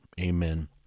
Amen